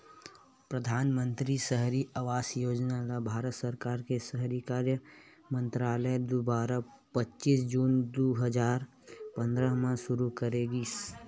परधानमंतरी सहरी आवास योजना ल भारत सरकार के सहरी कार्य मंतरालय दुवारा पच्चीस जून दू हजार पंद्रह म सुरू करे गिस